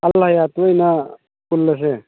ꯑꯜ ꯍꯌꯥꯠꯇ ꯑꯣꯏꯅ ꯄꯨꯜꯂꯁꯦ